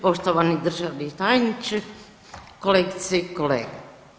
Poštovani državni tajniče, kolegice i kolege.